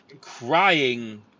crying